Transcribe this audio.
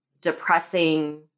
depressing